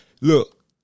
Look